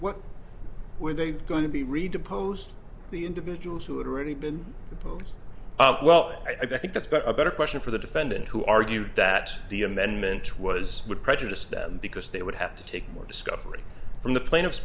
what were they going to be read to post the individuals who had already been poems well i think that's a better question for the defendant who argued that the amendment was would prejudice them because they would have to take more discovery from the plaintiffs